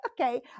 okay